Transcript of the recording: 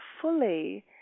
fully